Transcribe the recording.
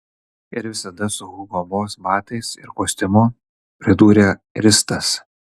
ir visada su hugo boss batais ir kostiumu pridūrė ristas